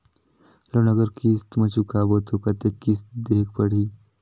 Loan अगर किस्त म चुकाबो तो कतेक किस्त देहेक पढ़ही?